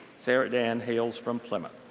sarah dan hails from plymouth.